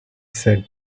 said